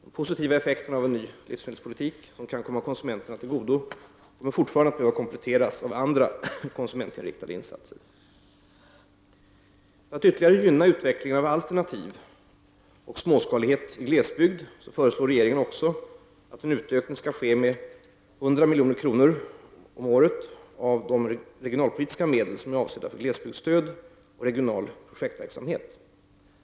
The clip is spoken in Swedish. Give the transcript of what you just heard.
De positiva effekterna av en ny livsmedelspolitik som kan komma konsumenterna till godo kommer fortfarande att behöva kompletteras av andra konsumentinriktade insatser. För att ytterligare gynna utvecklingen av alternativ och småskalighet i glesbygd föreslår regeringen också att en utökning skall ske med 100 milj.kr. om året av de regionalpolitiska medel som är avsedda för glesbygdsstöd och regional projektverksamhet.